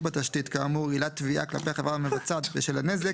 בתשתית כאמור עילת תביעה כלפי החברה המבצעת בשל הנזק,